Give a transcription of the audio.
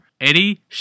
Eddie